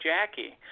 Jackie